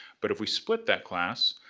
but if we split that class,